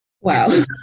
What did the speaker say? Wow